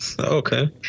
Okay